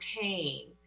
pain